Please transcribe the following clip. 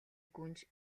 гүнж